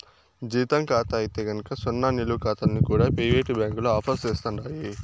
జీతం కాతా అయితే గనక సున్నా నిలవ కాతాల్ని కూడా పెయివేటు బ్యాంకులు ఆఫర్ సేస్తండాయి